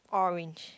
orang